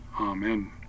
Amen